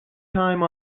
time